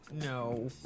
no